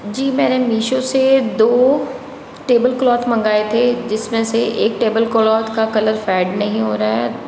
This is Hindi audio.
जी मैंने मीशो से दो टेबल क्लॉथ मंगाए थे जिसमें से एक टेबल क्लॉथ का कलर फ़ेड नहीं हो रहा है